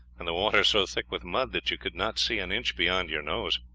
and the water so thick with mud that you could not see an inch beyond your nose.